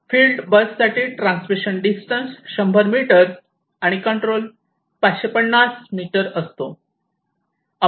field bus साठी transmission distance 100 metre आणि control 550 metre असतो